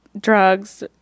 drugs